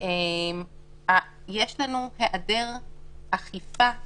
יש לנו היעדר אכיפה דיפרנציאלית,